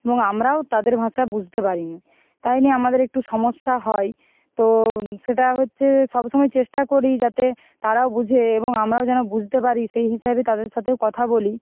এবং আমরাও তাদের ভাষা বুঝতে পারি নি তাই নিয়ে আমাদের একটু সমস্যা হয় তো সেটা হচ্ছে সব সময় চেষ্টা করি যাতে তারাও বুঝে এবং আমরাও যেন বুসতে পারি সেই হিসাবে তাদের সাথেও কথা বলি